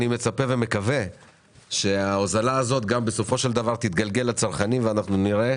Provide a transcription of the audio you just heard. אני מצפה ומקווה שההוזלה הזאת תתגלגל לצרכנים ואנחנו נראה